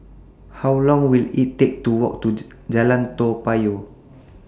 How Long Will IT Take to Walk to Jalan Toa Payoh